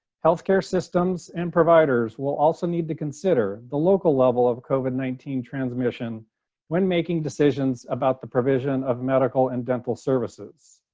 healthcare systems and providers will also need to consider the local level of covid nineteen transmission when making decisions about the provision of medical and dental services.